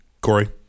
Corey